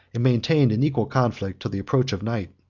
and maintained an equal conflict till the approach of night.